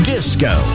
Disco